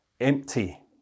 empty